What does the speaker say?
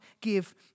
give